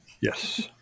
Yes